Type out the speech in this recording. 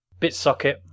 Bitsocket